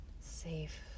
safe